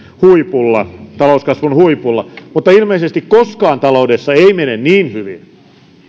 huipulla talouskasvun huipulla mutta ilmeisesti koskaan taloudessa ei mene niin hyvin